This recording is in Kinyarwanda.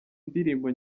ndirimbo